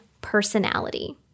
personality